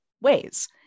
ways